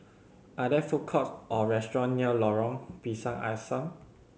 are there food courts or restaurants near Lorong Pisang Asam